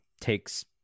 takes